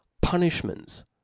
punishments